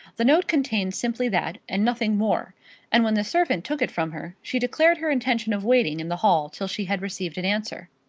the note contained simply that, and nothing more and when the servant took it from her, she declared her intention of waiting in the hall till she had received an answer.